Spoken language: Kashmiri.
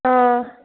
آ